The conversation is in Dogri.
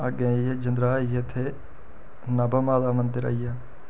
अग्गें आई गेआ जंद्राह् आई गेआ इत्थें नाभा माता दा मंदर आई गेआ